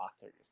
authors